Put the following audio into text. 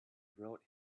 wrote